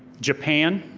japan,